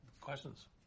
Questions